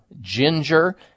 ginger